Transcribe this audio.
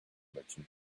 merchant